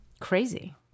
Crazy